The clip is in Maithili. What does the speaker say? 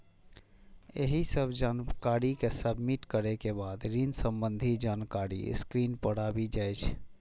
एहि सब जानकारी कें सबमिट करै के बाद ऋण संबंधी जानकारी स्क्रीन पर आबि जाइ छै